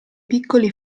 piccoli